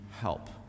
help